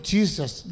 Jesus